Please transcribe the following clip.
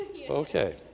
Okay